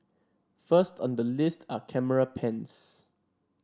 first on the list are camera pens